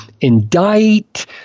indict